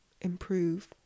improve